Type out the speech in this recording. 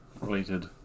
Related